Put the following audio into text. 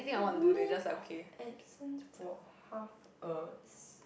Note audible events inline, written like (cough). leave of absence for half a (noise)